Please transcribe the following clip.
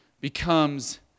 becomes